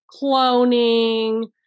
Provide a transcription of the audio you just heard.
cloning